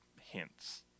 hints